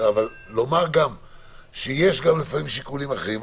אבל גם לומר שיש לפעמים שיקולים אחרים,